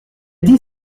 dit